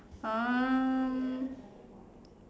um